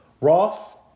Roth